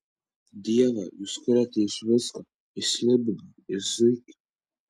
dievą jūs kuriate iš visko iš slibino iš zuikių